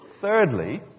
Thirdly